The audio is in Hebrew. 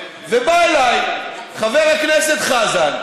ובא אליי חבר הכנסת חזן,